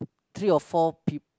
three or four peop~